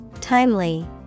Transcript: Timely